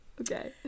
Okay